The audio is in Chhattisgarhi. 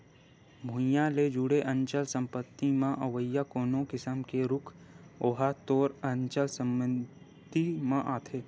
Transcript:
भुइँया ले जुड़े अचल संपत्ति म अवइया कोनो किसम के रूख ओहा तोर अचल संपत्ति म आथे